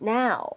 now